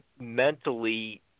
mentally